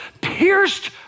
pierced